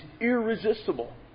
irresistible